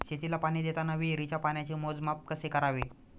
शेतीला पाणी देताना विहिरीच्या पाण्याचे मोजमाप कसे करावे?